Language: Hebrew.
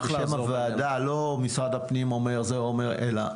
שיצא בשם הוועדה, לא משרד הפנים אומר אלא הוועדה,